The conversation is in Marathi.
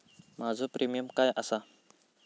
माझो प्रीमियम काय आसा?